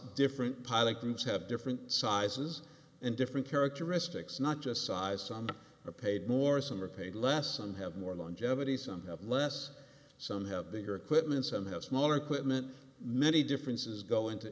different pilot groups have different sizes and different characteristics not just sizes on a paid more some are paid less some have more longevity some have less some have bigger equipment some have smaller equipment many differences go into